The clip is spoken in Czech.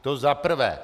To za prvé.